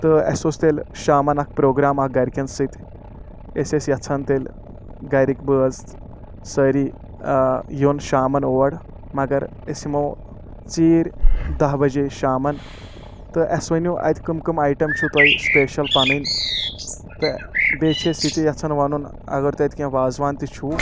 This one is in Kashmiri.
تہٕ اَسِہ اوس تیٚلہِ شامَن اَکھ پرٛوگرام اَکھ گَرِکٮ۪ن سٕتۍ أسۍ ٲسۍ یَژھان تیٚلہِ گَرِکۍ بٲژ سٲری یُن شامَن اور مَگر أسۍ یِمو ژیٖرۍ دَہ بَجے شامَن تہٕ اَسِہ ؤنِو اَتہِ کٕم کٕم آیٹَم چھُو تۄہہِ سٕپیشَل پَنٕنۍ تہٕ بیٚیہِ چھِ أسۍ یِتہِ یَژھان وَنُن اگر تۄہہِ اَتہِ کینٛہہ وازوان تہِ چھُو